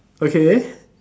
okay